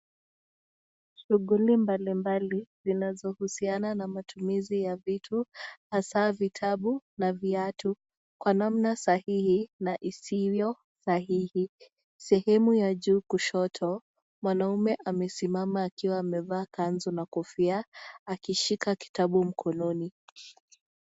Shughuli mbali mbali zinazohusiana na matumizi ya vitu hasa vitabu na viatu kwa namna sahihi na isivyosahihi sehemu ya juu kushoto mwanaume amesimama akiwa amevaa kanzu na kofia akishika kitabu mkononi.